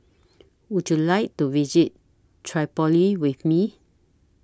Would YOU like to visit Tripoli with Me